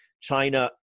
China